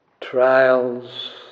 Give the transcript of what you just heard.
trials